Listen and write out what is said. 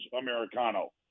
Americano